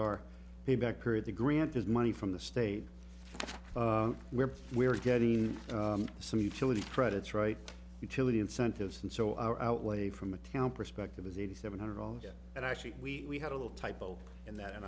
are a backer of the grant is money from the state where we're getting some utility credits right utility incentives and so our outlay from account perspective is eighty seven hundred dollars and actually we had a little typo in that and